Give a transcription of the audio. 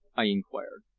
i inquired.